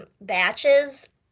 batches